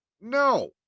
No